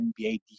NBA